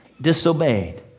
disobeyed